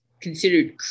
considered